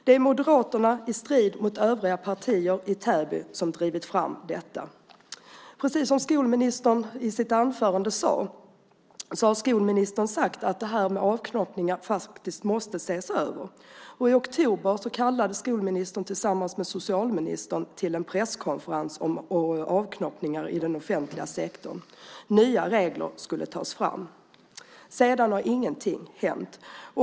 Det är Moderaterna som i strid mot övriga partier i Täby drivit fram detta. Precis som skolministern nämner i sitt svar har skolministern tidigare sagt att det här med avknoppningar måste ses över. I oktober kallade skolministern tillsammans med socialministern till en presskonferens om avknoppningar inom den offentliga sektorn. Nya regler skulle tas fram. Sedan har ingenting hänt.